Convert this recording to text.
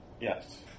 Yes